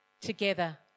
together